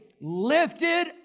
lifted